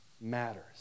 matters